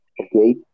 okay